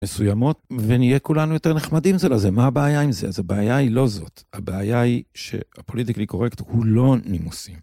מסוימות, ונהיה כולנו יותר נחמדים לזה, מה הבעיה עם זה? הבעיה היא לא זאת, הבעיה היא שהפוליטיקלי קורקט הוא לא נימוסי.